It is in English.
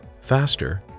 faster